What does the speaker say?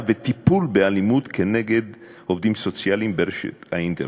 ובטיפול באלימות נגד עובדים סוציאליים באינטרנט.